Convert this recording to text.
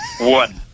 One